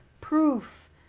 Proof